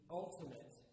ultimate